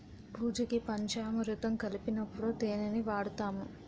పూజకి పంచామురుతం కలిపినప్పుడు తేనిని వాడుతాము